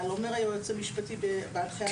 אבל אומר היועץ המשפטי בהנחייה,